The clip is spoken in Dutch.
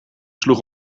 sloeg